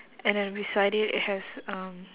and then beside it it has um